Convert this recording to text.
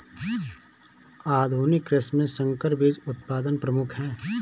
आधुनिक कृषि में संकर बीज उत्पादन प्रमुख है